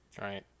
Right